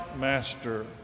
master